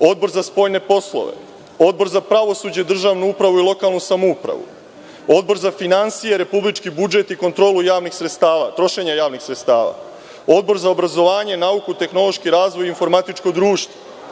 Odbor za spoljne poslove, Odbor za pravosuđe, državnu upravu i lokalnu samoupravu, Odbor za finansije, republički budžet i kontrolu trošenja javnih sredstava, Odbor za obrazovanje, nauku, tehnološki razvoj i informatičko društvo,